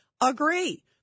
agree